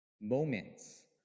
Moments